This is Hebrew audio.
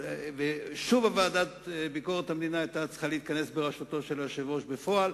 ושוב ועדת ביקורת המדינה היתה צריכה להתכנס בראשותו של היושב-ראש בפועל